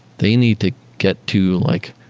they need to get to like,